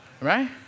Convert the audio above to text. Right